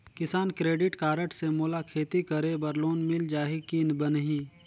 किसान credit card से मोला खेती करे बर लोन मिल जाहि की बनही??